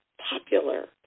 popular